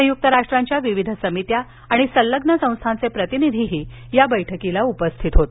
संयुक्त राष्ट्रांच्या विविध समित्या आणि संलग्न संस्थांचे प्रतिनिधीही या बैठकीला उपस्थित होते